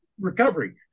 recovery